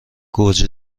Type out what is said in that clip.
گرجی